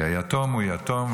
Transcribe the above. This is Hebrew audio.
היתום הוא יתום,